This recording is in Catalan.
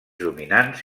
dominants